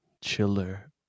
Chiller